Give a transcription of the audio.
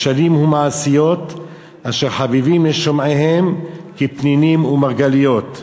משלים ומעשיות אשר חביבים על שומעיהם כפנינים ומרגליות."